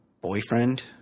boyfriend